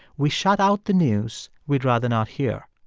we shut out the news we'd rather not hear.